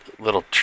little